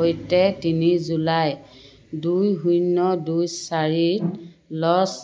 সৈতে তিনি জুলাই দুই শূন্য দুই চাৰিত লছ